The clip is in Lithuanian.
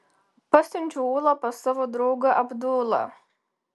pasiunčiau ulą pas savo draugą abdulą